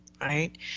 right